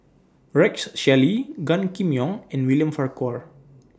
Rex Shelley Gan Kim Yong and William Farquhar